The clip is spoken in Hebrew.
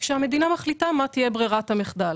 כשהמדינה מחליטה מה תהיה ברירת המחדל.